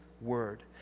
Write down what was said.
word